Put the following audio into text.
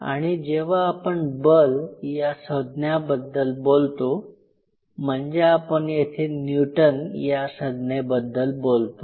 आणि जेव्हा आपण बल या संज्ञाबद्दल बोलतो म्हणजे आपण येथे न्यूटन या संज्ञेबद्दल बोलतो